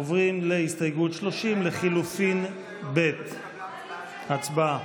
עוברים להסתייגות 30 לחלופין ב' הצבעה.